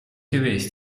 geweest